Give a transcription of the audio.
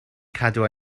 cadw